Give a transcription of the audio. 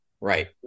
right